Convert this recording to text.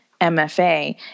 MFA